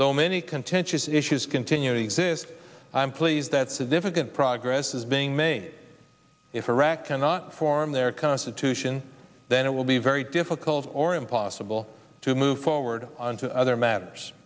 though many contentious issues continue to exist i am pleased that significant progress is being made if iraq cannot form their constitution then it will be very difficult or impossible to move forward on to other matters